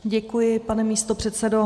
Děkuji, pane místopředsedo.